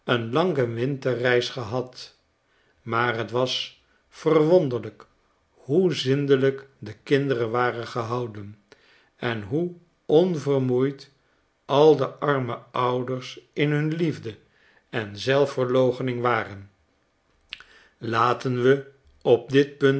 haddeneen lange winterreis gehad maar t was verwonderlijk hoe zindelyk de kinderen waren gehouden en hoe onvermoeid al de arme ouders in hun liefde en zelfverloochening waren laten we op dit punt